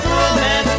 romance